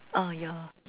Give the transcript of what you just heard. ah ya